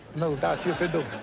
no, that your fiddle.